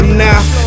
now